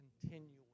continuing